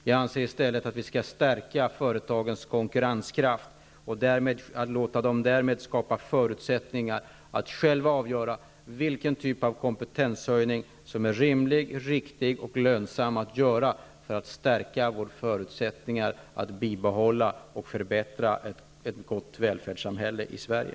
Jag anser i stället att vi skall stärka företagens konkurrenskraft, och därmed låta dem skapa förutsättningar att själva avgöra vilken typ av kompetenshöjning som är rimlig, riktig och lönsam för att stärka våra möjligheter att bibehålla och förbättra ett gott välfärdssamhälle i Sverige.